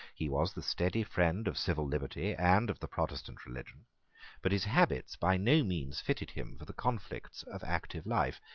he was the steady friend of civil liberty and of the protestant religion but his habits by no means fitted him for the conflicts of active life.